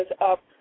up